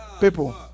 people